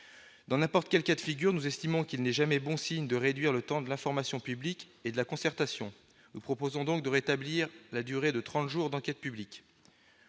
Dans n'importe quel cas de figure, nous estimons qu'il n'est jamais bon signe de réduire le temps de l'information publique et de la concertation. Nous proposons donc de rétablir la durée de trente jours pour l'enquête publique.